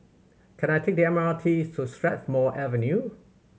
can I take the M R T to Strathmore Avenue